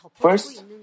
First